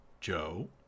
Joe